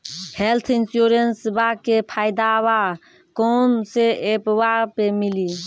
Health इंश्योरेंसबा के फायदावा कौन से ऐपवा पे मिली?